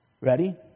Ready